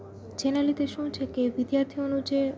જેના લીધે શું છે કે વિદ્યાર્થીઓનું જે